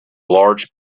large